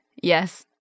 Yes